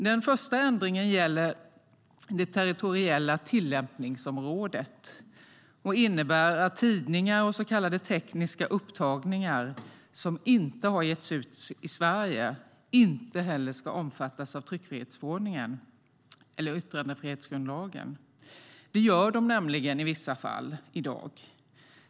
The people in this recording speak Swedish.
Den första ändringen gäller det territoriella tillämpningsområdet och innebär att tidningar och så kallade tekniska upptagningar som inte har getts ut i Sverige inte heller ska omfattas av tryckfrihetsförordningen eller yttrandefrihetsgrundlagen. Det gör de nämligen i vissa fall i dag.